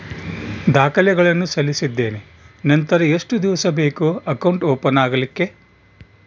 ದಾಖಲೆಗಳನ್ನು ಸಲ್ಲಿಸಿದ್ದೇನೆ ನಂತರ ಎಷ್ಟು ದಿವಸ ಬೇಕು ಅಕೌಂಟ್ ಓಪನ್ ಆಗಲಿಕ್ಕೆ?